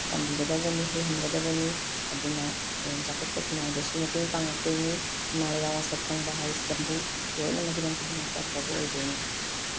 ꯇꯝꯕꯤꯒꯗꯕꯅꯤ ꯍꯩꯍꯟꯒꯗꯕꯅꯤ ꯑꯗꯨꯅ ꯍꯌꯦꯡ ꯆꯥꯎꯈꯠꯄ ꯈꯨꯟꯅꯥꯏꯗꯁꯨ ꯃꯇꯦꯡ ꯄꯥꯡꯉꯛꯇꯣꯏꯅꯤ ꯏꯃꯥ ꯂꯩꯕꯥꯛ ꯃꯁꯛ ꯈꯪꯕ ꯍꯥꯏꯁꯤꯗꯕꯨ ꯂꯣꯏꯅꯃꯛ ꯍꯤꯔꯝ ꯈꯨꯗꯤꯡꯃꯛꯇ ꯑꯐꯕ ꯑꯣꯏꯗꯣꯏꯅꯤ